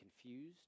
confused